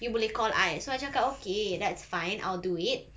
you boleh call I so I cakap okay that's fine I'll do it